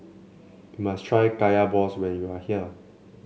you must try Kaya Balls when you are here